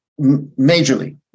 Majorly